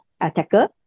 attacker